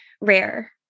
rare